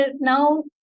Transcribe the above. now